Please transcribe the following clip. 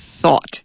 thought